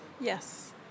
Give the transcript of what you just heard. Yes